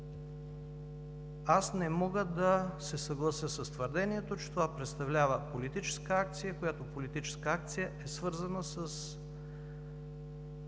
аз не мога да се съглася с твърдението, че това представлява политическа акция, която политическа акция е свързана с